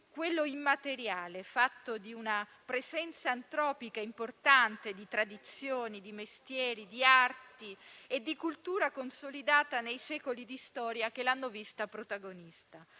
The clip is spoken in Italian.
quello immateriale, fatto di una presenza antropica importante, di tradizioni, di mestieri, di arti e di cultura consolidata nei secoli di storia che l'hanno vista protagonista.